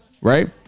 right